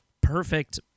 perfect